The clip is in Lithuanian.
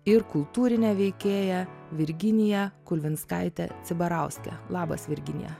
ir kultūrine veikėja virginija kulvinskaite cibarauske labas virginija